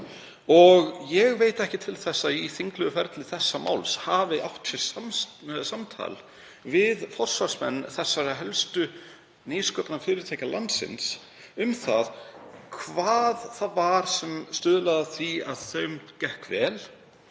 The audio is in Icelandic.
og ég veit ekki til þess að í þinglegu ferli þessa máls hafi átt sér stað samtal við forsvarsmenn þessara helstu nýsköpunarfyrirtækja landsins um það hvað það var sem stuðlaði að því að þeim gekk vel,